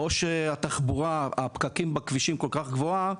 או שהתחבורה, הפקקים בכבישים כל כך גבוהה,